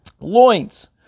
loins